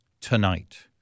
tonight